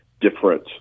different